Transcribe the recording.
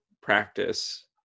practice